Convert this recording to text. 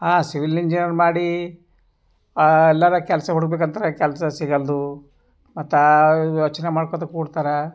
ಆ civil engineer ಮಾಡಿ ಎಲ್ಲರ ಕೆಲಸ ಹುಡುಕ್ಬೇಕಂದ್ರೆ ಕೆಲಸ ಸಿಗಲ್ದು ಮತ್ತೆ ಯೋಚನೆ ಮಾಡ್ಕೊತ ಕೂಡ್ತಾರ